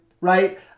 right